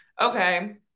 okay